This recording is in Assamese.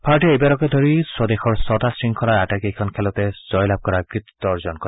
ভাৰেত এইবাৰকে ধৰি স্বদেশৰ ছটা শৃংখলাৰ আটাইকেইখন খেলতে জয়লাভ কৰাৰ কৃতিত্ব অৰ্জন কৰে